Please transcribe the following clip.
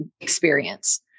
experience